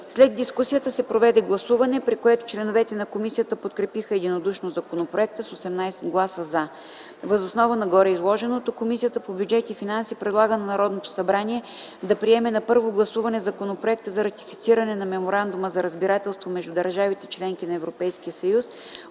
След дискусията се проведе гласуване, при което членовете на комисията подкрепиха единодушно законопроекта с 18 гласа „за”. Въз основа на гореизложеното Комисията по бюджет и финанси предлага на Народното събрание да приеме на първо гласуване Законопроект за ратифициране на Меморандума за разбирателство между държавите – членки на Европейския съюз,